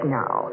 now